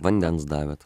vandens davėt